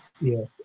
Yes